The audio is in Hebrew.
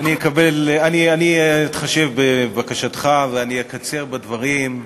אני אקבל, אני אתחשב בבקשתך, ואני אקצר בדברים.